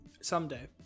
Someday